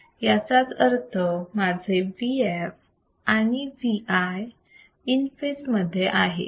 याचाच अर्थ माझे Vf आणि Vi इन फेज मध्ये आहेत बरोबर